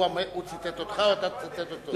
הוא ציטט אותך, ואתה תצטט אותו.